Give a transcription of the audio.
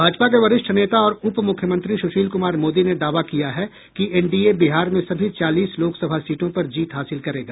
भाजपा के वरिष्ठ नेता और उप मुख्यमंत्री सुशील कुमार मोदी ने दावा किया है कि एनडीए बिहार में सभी चालीस लोकसभा सीटों पर जीत हासिल करेगा